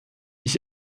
ich